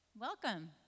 Welcome